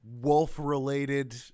wolf-related